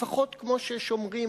לפחות כמו ששומרים,